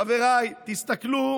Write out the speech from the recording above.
חבריי, תסתכלו